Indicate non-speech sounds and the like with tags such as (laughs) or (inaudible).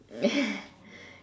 (laughs)